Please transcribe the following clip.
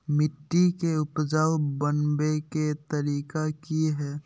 मिट्टी के उपजाऊ बनबे के तरिका की हेय?